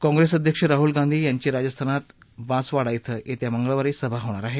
काँग्रेस अध्यक्ष राहुल गांधी यांची राजस्थानात बांसवाडा इथं येत्या मंगळवारी सभा होणार आहे